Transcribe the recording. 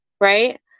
right